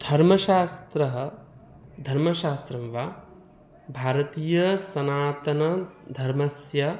धर्मशास्त्रः धर्मशास्त्रं वा भारतीयसनातनधर्मस्य